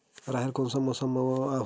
राहेर कोन मौसम मा होथे?